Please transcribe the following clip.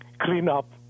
cleanup